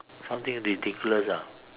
something ridiculous ah